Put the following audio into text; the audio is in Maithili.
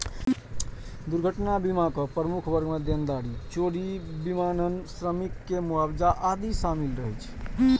दुर्घटना बीमाक प्रमुख वर्ग मे देनदारी, चोरी, विमानन, श्रमिक के मुआवजा आदि शामिल रहै छै